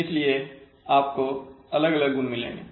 इसलिए आपको अलग अलग गुण मिलेंगे